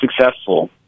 successful